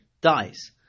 dies